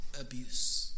abuse